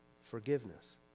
forgiveness